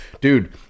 dude